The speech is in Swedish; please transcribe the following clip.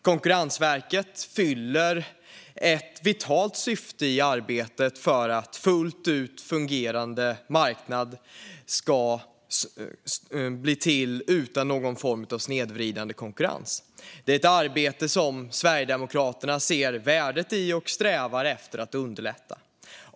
Konkurrensverket fyller ett vitalt syfte i arbetet för att få till stånd en fullt fungerande marknad utan någon form av snedvridande konkurrens. Detta är ett arbete som Sverigedemokraterna ser värdet i och strävar efter att underlätta.